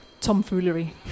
tomfoolery